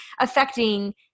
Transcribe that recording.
affecting